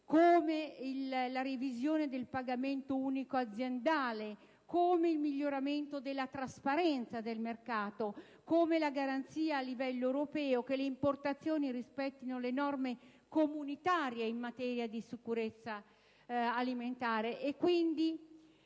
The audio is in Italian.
la revisione del pagamento unico aziendale, il miglioramento della trasparenza del mercato e la garanzia a livello europeo che le importazioni rispettino le norme comunitarie in materia di sicurezza alimentare. Nel